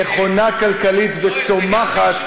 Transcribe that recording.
נכונה כלכלית וצומחת,